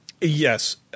yes